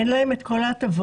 אין להם את כל ההטבות,